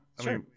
Sure